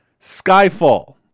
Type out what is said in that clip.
Skyfall